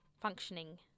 functioning